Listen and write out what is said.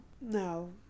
No